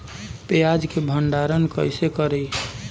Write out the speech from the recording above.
प्याज के भंडारन कईसे करी?